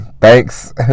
thanks